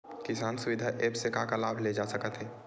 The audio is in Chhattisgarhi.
किसान सुविधा एप्प से का का लाभ ले जा सकत हे?